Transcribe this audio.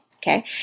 Okay